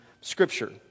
Scripture